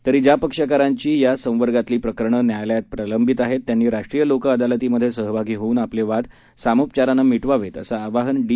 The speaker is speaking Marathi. तरी ज्या पक्षकारांची या संवर्गातली प्रकरणं न्यायालयात प्रलंबित आहेत त्यांनी राष्ट्रीय लोक अदालतीमध्ये सहभागी होऊन आपले वाद सामोपचारान मिटवावेत असं आवाहन डी